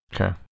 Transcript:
Okay